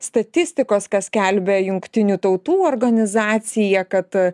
statistikos ką skelbia jungtinių tautų organizacija kad